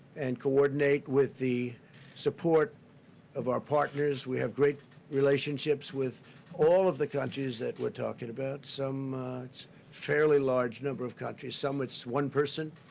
and coordinate with the support of our partners. we have great relationships with all of the countries that we're talking about. some fairly large number of countries. some, it's one person,